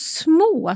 små